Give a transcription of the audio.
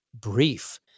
brief